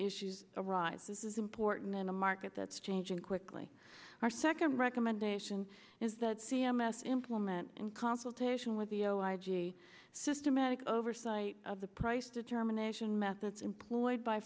issues arise this is important in a market that's changing quickly our second recommendation is that c m s implement in consultation with the zero i g systematic oversight of the price determination methods employed by